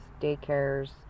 daycares